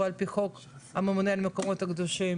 שהוא על פי חוק הממונה על המקומות הקדושים.